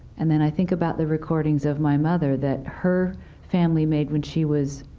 and then i think about the recordings of my mother that her family made when she was